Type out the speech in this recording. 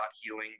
.healing